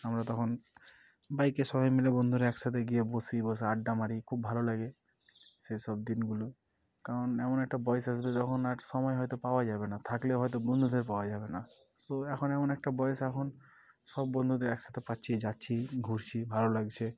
আমরা তখন বাইকে সবাই মিলে বন্ধুরা একসাথে গিয়ে বসি বসে আড্ডা মারি খুব ভালো লাগে সেসব দিনগুলো কারণ এমন একটা বয়স আসবে যখন আর সময় হয়তো পাওয়া যাবে না থাকলেও হয়তো বন্ধুদের পাওয়া যাবে না সো এখন এমন একটা বয়স এখন সব বন্ধুদের একসাথে পাচ্ছি যাচ্ছি ঘুরছি ভালো লাগছে